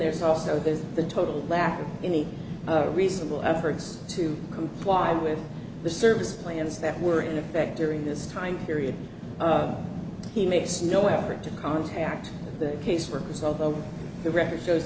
there's also there's the total lack of any reasonable efforts to comply with the service plans that were in effect during this time period he makes no effort to contact the caseworkers although the record shows